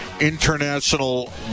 International